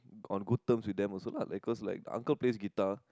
on good term with them also lah because like uncle play guitar